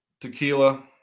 Tequila